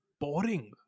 boring